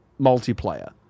multiplayer